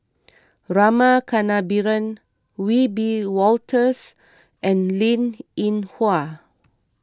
Rama Kannabiran Wiebe Wolters and Linn in Hua